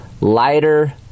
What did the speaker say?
Lighter